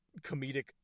comedic